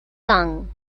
sung